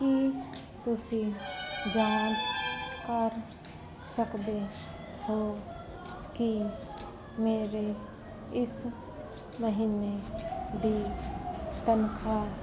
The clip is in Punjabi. ਕੀ ਤੁਸੀਂਂ ਜਾਂਚ ਕਰ ਸਕਦੇ ਹੋ ਕਿ ਮੇਰੀ ਇਸ ਮਹੀਨੇ ਦੀ ਤਨਖਾਹ